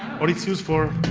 or it's used for